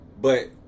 but-